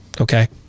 Okay